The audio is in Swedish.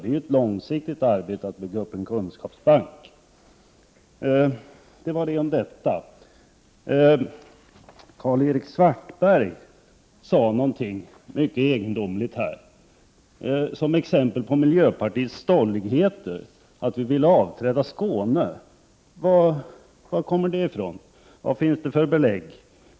Det är ett långsiktigt arbete att bygga upp en kunskapsbank. Det var det om detta. Karl-Erik Svartberg sade någonting mycket egendomligt, som exempel på miljöpartiets stolligheter, nämligen att vi vill avträda Skåne. Var kommer det ifrån? Vad finns det för belägg?